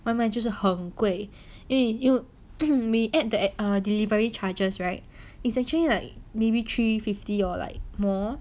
外卖就是很贵因为 we add the err delivery charges right is actually like maybe three fifty or like more